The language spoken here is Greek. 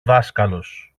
δάσκαλος